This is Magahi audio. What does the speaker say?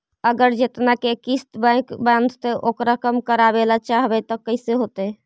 अगर जेतना के किस्त बैक बाँधबे ओकर कम करावे ल चाहबै तब कैसे होतै?